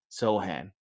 Sohan